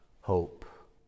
hope